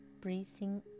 breathing